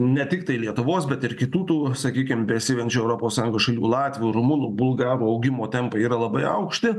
ne tiktai lietuvos bet ir kitų tų sakykim besivejančių europos sąjungos šalių latvių rumunų bulgarų augimo tempai yra labai aukšti